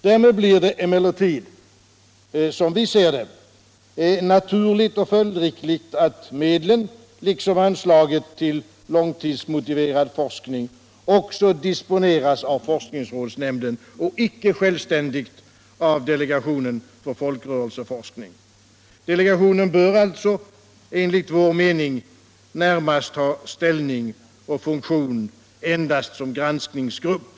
Därmed blir det emellertid, som vi ser det, naturligt och följdriktigt att medlen, liksom anslaget till långtidsmotiverad forskning, också disponeras av forskningsrådsnämnden 125 och icke självständigt av delegationen för folkrörelseforskning. Delegationen bör alltså enligt vår mening närmast ha ställning och funktion endast som granskningsgrupp.